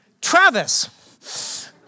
Travis